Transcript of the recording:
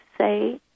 say